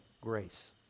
grace